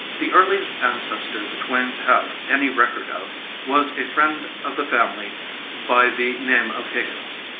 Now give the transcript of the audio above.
the earliest ancestor the twains have any record of was a friend of the family by the name of higgins.